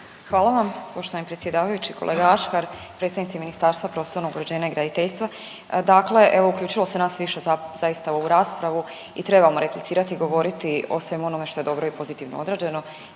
Hvala vam. Poštovani predsjedavajući, kolega Ačkar, predstavnici Ministarstva prostornog uređenja i graditeljstva. Dakle, evo uključilo se nas više zaista u ovu raspravu i trebamo replicirati i govoriti o svemu onome što je dobro i pozitivno odrađeno